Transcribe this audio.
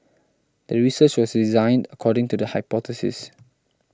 the research was designed according to the hypothesis